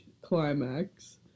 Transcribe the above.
climax